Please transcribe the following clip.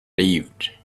lived